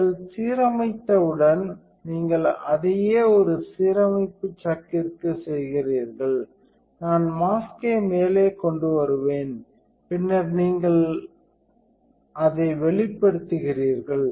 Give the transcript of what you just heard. நீங்கள் சீரமைத்தவுடன் நீங்கள் அதையே ஒரு சீரமைப்பு சக்கிற்குச் செய்கிறீர்கள் நான் மாஸ்க்கை மேலே கொண்டு வருவேன் பின்னர் நீங்கள் அதை வெளிப்படுத்துவீர்கள்